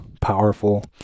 powerful